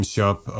Shop